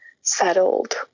settled